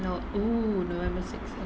no~ oo november six